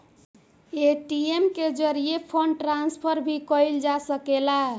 ATM के जरिये fund transfer भी कईल जा सकेला